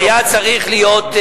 שהיה צריך להיות,